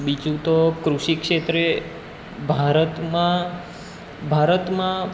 બીજું તો કૃષિ ક્ષેત્રે ભારતમાં ભારતમાં